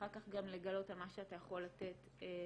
ואחר כך גם לגלות על מה שאתה יכול לתת לאחרים.